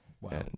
Wow